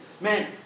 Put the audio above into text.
man